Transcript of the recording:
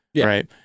right